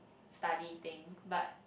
study thing but